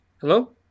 hello